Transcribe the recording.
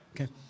Okay